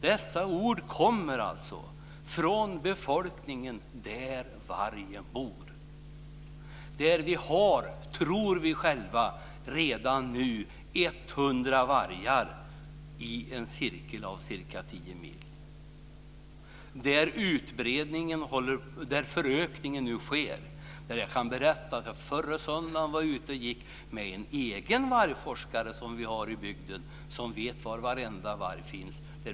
Dessa ord kommer från befolkningen där vargen bor. Vi har, tror vi själva, redan nu 100 vargar inom en cirkel av ca 10 mil, och förökning sker. Jag kan berätta att jag förra söndagen var ute och gick med en egen vargforskare vi har i bygden som vet var varenda varg finns.